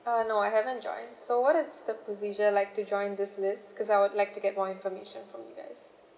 uh no I haven't joined so what is the procedure like to join this list cause I would like to get more information from you guys